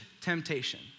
temptation